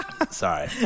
Sorry